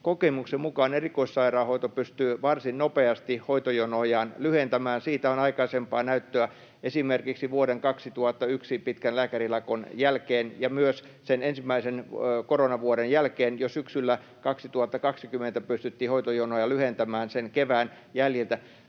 kokemuksen mukaan erikoissairaanhoito pystyy varsin nopeasti hoitojonojaan lyhentämään. Siitä on aikaisempaa näyttöä esimerkiksi vuoden 2001 pitkän lääkärilakon jälkeen — ja myös sen ensimmäisen koronavuoden jälkeen: jo syksyllä 2020 pystyttiin hoitojonoja lyhentämään sen kevään jäljiltä.